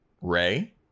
Ray